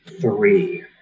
three